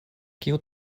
kiu